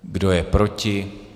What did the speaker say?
Kdo je proti?